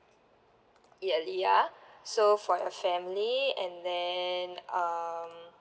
yearly ah so for your family and then um